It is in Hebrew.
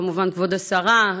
כמובן כבוד השרה,